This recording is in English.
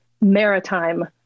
maritime